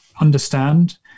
understand